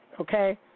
okay